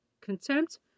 contempt